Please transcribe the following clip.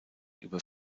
über